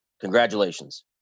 Congratulations